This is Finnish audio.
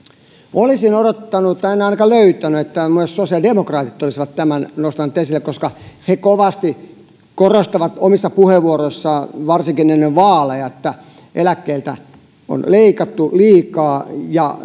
olisin odottanut en ainakaan sitä löytänyt että myös sosiaalidemokraatit olisivat tämän nostaneet esille koska he kovasti korostavat omissa puheenvuoroissaan varsinkin ennen vaaleja että eläkkeitä on leikattu liikaa ja